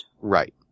Right